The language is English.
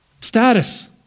Status